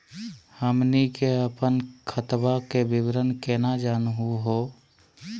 हमनी के अपन खतवा के विवरण केना जानहु हो?